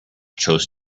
chose